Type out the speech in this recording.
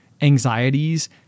anxieties